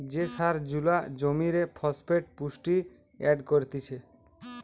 যে সার জুলা জমিরে ফসফেট পুষ্টি এড করতিছে